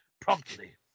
promptly